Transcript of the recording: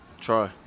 Try